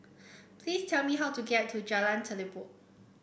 please tell me how to get to Jalan Telipok